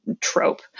trope